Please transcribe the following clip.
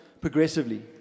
progressively